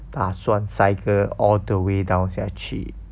打算 cycle all the way 下去